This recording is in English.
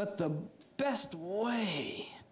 but the best